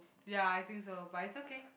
ya I think so but it's okay